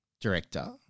director